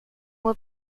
will